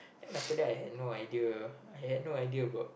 then after that I had no idea I had no idea about